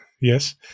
yes